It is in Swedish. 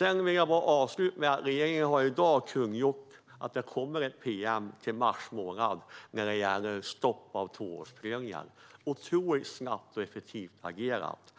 Jag vill avsluta med att säga att regeringen i dag har kungjort att det kommer ett pm till mars månad när det gäller stopp av tvåårsprövningar. Det är otroligt snabbt och effektivt agerat.